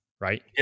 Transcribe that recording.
right